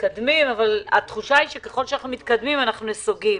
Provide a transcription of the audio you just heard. אבל התחושה היא שככל שאנחנו מתקדמים אנחנו נסוגים.